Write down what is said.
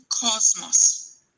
cosmos